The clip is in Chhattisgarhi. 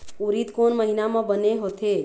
उरीद कोन महीना म बने होथे?